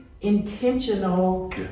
intentional